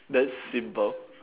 that's simple